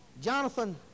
Jonathan